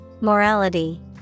Morality